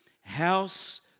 house